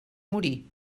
morir